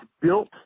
built